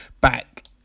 back